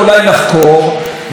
איך בכלל כל הפרשה התגלתה?